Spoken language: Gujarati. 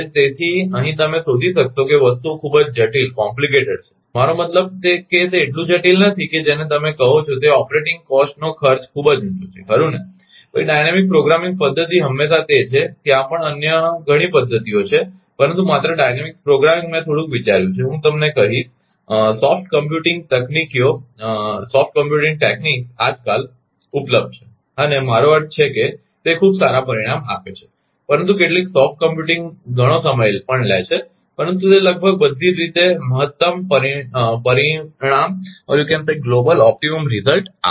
તેથી અહીં તમે શોધી શકશો કે વસ્તુઓ ખૂબ જ જટિલ છે મારો મતલબ કે તેટલું જટિલ નથી કે જેને તમે કહો છો તે ઓપરેટિંગ કોસ્ટનો ખર્ચ ખૂબ જ ઊંચો છે ખરુ ને પછી ડાયનેમિક પ્રોગ્રામિંગ પદ્ધતિ હંમેશા તે છે ત્યાં પણ ઘણી અન્ય પદ્ધતિઓ છે પરંતુ માત્ર ડાયનેમિક પ્રોગ્રામિંગ મેં થોડુંક વિચાર્યું છે હું તમને કહીશ સોફ્ટ કમ્પ્યુટિંગ તકનીકીઓ આજકાલ ઉપલબ્ધ છે અને મારો અર્થ છે કે તે ખૂબ સારા પરિણામ આપે છે પરંતુ કેટલીક સોફ્ટ કમ્પ્યુટિંગ ઘણો બધો સમય પણ લે છે પરંતુ તે લગભગ બધી જ રીતે મહત્તમ પરિણામ આપે છે